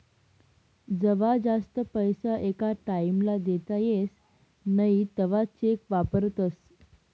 जवा जास्त पैसा एका टाईम ला देता येस नई तवा चेक वापरतस